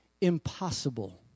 impossible